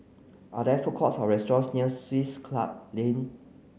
are there food courts or restaurants near Swiss Club Lane